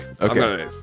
Okay